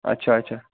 اچھا اچھا